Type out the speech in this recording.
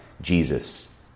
Jesus